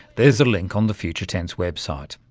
there's a link on the future tense website,